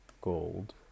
gold